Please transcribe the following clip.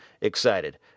excited